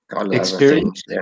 Experience